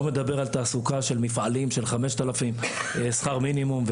לא מדבר על תעסוקה של מפעלים של 5,000 שקלים שכר מינימום,